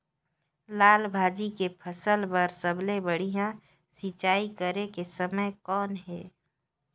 लाल भाजी के फसल बर सबले बढ़िया सिंचाई करे के समय कौन हे?